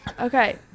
Okay